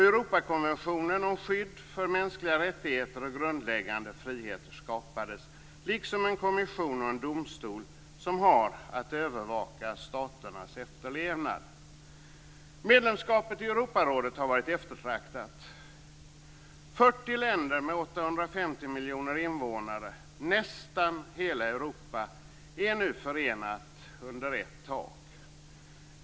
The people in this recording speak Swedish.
Europakonventionen om skydd för mänskliga rättigheter och grundläggande friheter skapades, liksom en kommission och en domstol som har att övervaka staternas efterlevnad. Medlemskapet i Europarådet har varit eftertraktat. Europa - är nu förenade under ett tak.